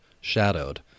shadowed